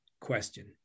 question